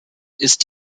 ist